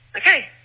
Okay